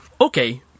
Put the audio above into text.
Okay